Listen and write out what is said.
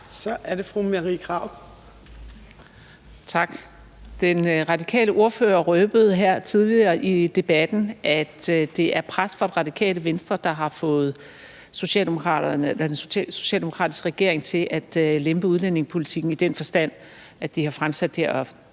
Marie Krarup (DF): Tak. Den radikale ordfører røbede her tidligere i debatten, at det er pres fra Det Radikale Venstre, der har fået den socialdemokratiske regering til at lempe udlændingepolitikken ved at fremsætte